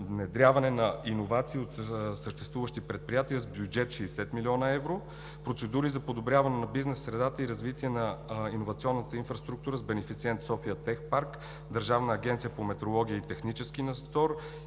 внедряването на иновации в предприятията“ с бюджет 60 млн. евро; процедури за подобряване на бизнес средата и развитие на иновационната инфраструктура с бенефициенти: София Тех Парк, Държавната агенция по метрология и технически надзор